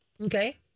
okay